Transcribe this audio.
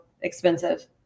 expensive